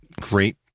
great